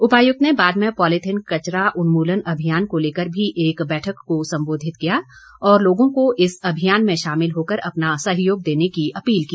उपायुक्त ने बाद में पॉलीथीन कचरा उन्मूलन अभियान को लेकर भी एक बैठक को संबोधित किया और लोगों को इस अभियान में शामिल होकर अपना सहयोग देने की अपील की